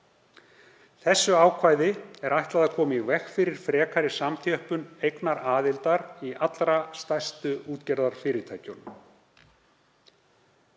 Þessu ákvæði er ætlað að koma í veg fyrir frekari samþjöppun eignaraðildar í allra stærstu útgerðarfyrirtækjunum.